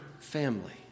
family